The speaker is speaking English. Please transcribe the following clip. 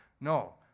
No